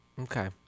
Okay